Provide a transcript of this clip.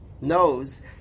knows